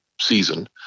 season